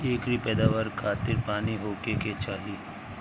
एकरी पैदवार खातिर पानी होखे के चाही